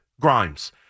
Grimes